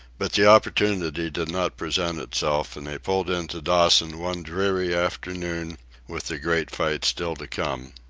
but the opportunity did not present itself, and they pulled into dawson one dreary afternoon with the great fight still to come.